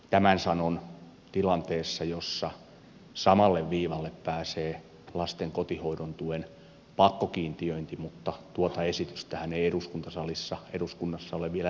tämän sanon tilanteessa jossa samalle viivalle pääsee lasten kotihoidon tuen pakkokiintiöinti mutta tuota esitystähän ei eduskunnassa ole vielä näkynyt